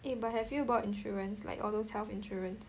eh but have you bought insurance like all those health insurance